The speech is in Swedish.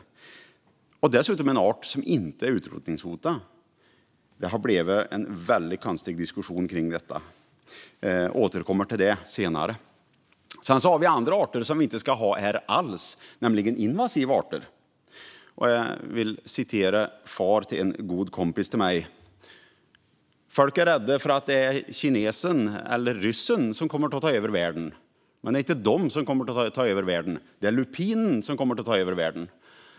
Det är dessutom en art som inte är utrotningshotad. Det har blivit en väldigt konstig diskussion kring detta. Jag återkommer till det senare. Vi har också andra arter som vi inte ska ha här alls, nämligen invasiva arter. Jag vill citera fadern till en god kompis till mig: "Folk är rädda för att kinesen eller ryssen kommer att ta över världen, men det är inte de som kommer att ta över världen. Det är lupinen som kommer att ta över världen."